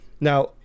Now